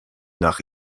nach